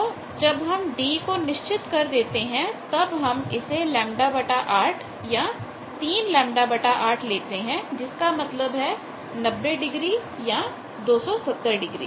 तो जब हम d को निश्चित कर देते हैं तब हम इसे λ 8 या 3 λ 8 लेते हैं जिसका मतलब है कि 90 डिग्री या 270 डिग्री